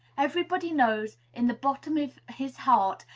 everybody knows, in the bottom of his heart,